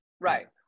Right